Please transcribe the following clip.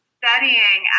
studying